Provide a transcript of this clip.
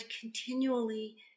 continually